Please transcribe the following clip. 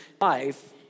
life